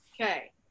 okay